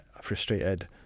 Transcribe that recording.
frustrated